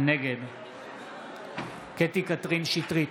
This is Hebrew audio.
נגד קטי קטרין שטרית,